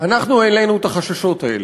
אנחנו העלינו את החששות האלה.